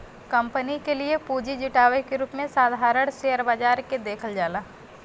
company के लिए पूंजी जुटावे के रूप में साधारण शेयर बाजार के देखल जाला